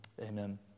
Amen